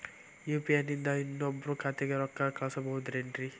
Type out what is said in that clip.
UPI ನಿಂದ ಇನ್ನೊಬ್ರ ಖಾತೆಗೆ ರೊಕ್ಕ ಕಳ್ಸಬಹುದೇನ್ರಿ?